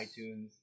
iTunes